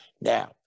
now